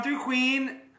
Queen